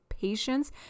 patience